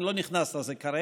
אני לא נכנס לזה כרגע,